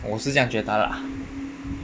我是这样觉得啦